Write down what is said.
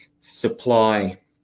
supply